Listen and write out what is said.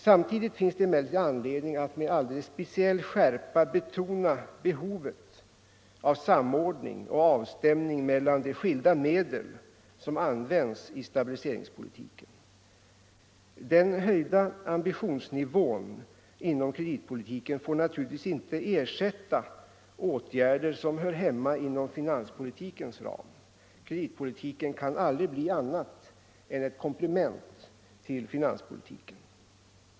Samtidigt finns det emellertid anledning att med alldeles speciell skärpa betona behovet av samordning och avstämning mellan de skilda medel som används i stabiliseringspolitiken. Den höjda ambitionsnivån inom kreditpolitiken får naturligtvis inte ersätta åtgärder som hör hemma inom finanspolitikens ram. Kreditpolitiken kan aldrig bli annat än ett komplement till finanspolitiken.